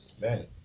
man